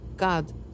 God